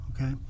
okay